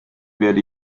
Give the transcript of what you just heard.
werde